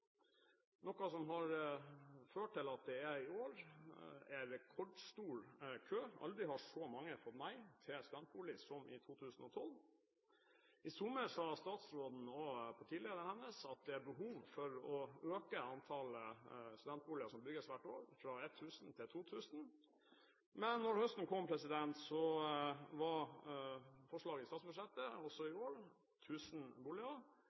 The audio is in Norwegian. noe som har ført til at det i år er rekordstor kø. Aldri har så mange fått nei til studentbolig som i 2012. I sommer sa statsråden og partilederen hennes at det er behov for å øke antallet studentboliger som bygges hvert år, fra 1 000 til 2 000. Men da høsten kom, var forslaget i statsbudsjettet også i år 1 000 boliger,